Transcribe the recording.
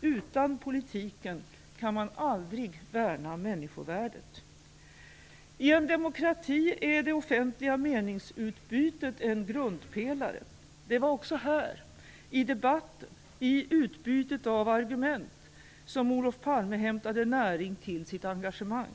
Utan politiken kan man aldrig värna människovärdet." I en demokrati är det offentliga meningsutbytet en grundpelare. Det var också här, i debatten, i utbytet av argument, som Olof Palme hämtade näring till sitt engagemang.